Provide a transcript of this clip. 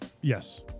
Yes